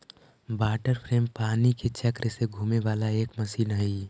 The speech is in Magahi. वाटर फ्रेम पानी के चक्र से घूमे वाला एक मशीन हई